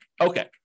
Okay